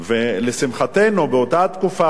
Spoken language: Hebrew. לשמחתנו, באותה תקופה,